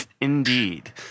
Indeed